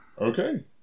Okay